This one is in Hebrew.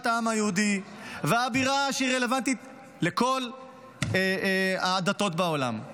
העם היהודי והבירה שרלוונטית לכל הדתות בעולם.